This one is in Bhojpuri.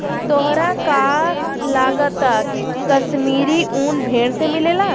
तोहरा का लागऽता की काश्मीरी उन भेड़ से मिलेला